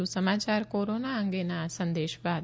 વધુ સમાચાર કોરોના અંગેના આ સંદેશ બાદ